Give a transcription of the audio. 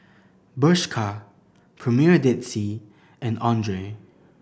Bershka Premier Dead Sea and Andre